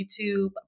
YouTube